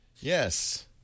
yes